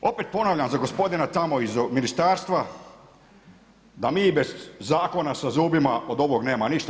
Opet ponavljam za gospodina tamo iz ministarstva da mi bez zakona sa zubima od ovog nema ništa.